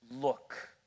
Look